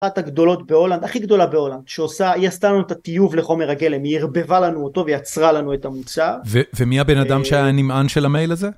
אחת הגדולות בהולנד, הכי גדולה בהולנד, שעושה, היא עשתה לנו את הטיוב לחומר הגלם, היא ערבבה לנו אותו ויצרה לנו את המוצר. -ומי הבן אדם שהיה הנמען של המייל הזה?